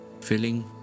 filling